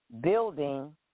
building